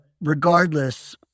regardless